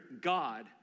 God